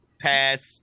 Pass